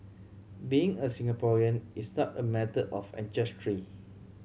being a Singaporean is not a matter of ancestry